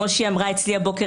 למשל כמו שהיה לי הבוקר,